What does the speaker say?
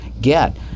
get